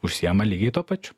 užsiima lygiai tuo pačiu